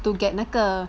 to get 那个